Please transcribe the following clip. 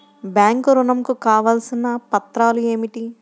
Bank ఋణం కు కావలసిన పత్రాలు ఏమిటి?